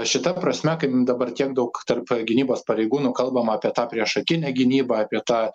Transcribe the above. šita prasme kaip dabar tiek daug tarp gynybos pareigūnų kalbama apie tą priešakinę gynybą apie tą